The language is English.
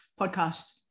podcast